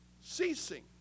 Ceasing